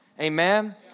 Amen